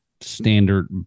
standard